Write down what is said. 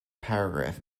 paragraph